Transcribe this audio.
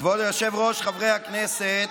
כבוד היושב-ראש, חברי הכנסת,